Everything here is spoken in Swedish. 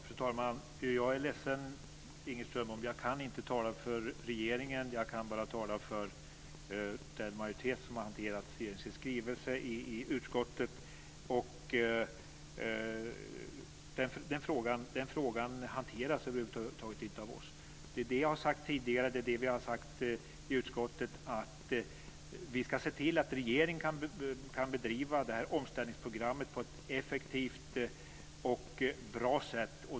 Fru talman! Jag är ledsen, Inger Strömbom, men jag kan inte tala för regeringen. Jag kan bara tala för den majoritet som har hanterat skrivelsen i utskottet. Men den frågan hanteras över huvud taget inte av oss. Det är det som jag har sagt tidigare, och vi har sagt i utskottet att vi ska se till att regeringen kan bedriva detta omställningsprogrammet på ett effektivt och bra sätt.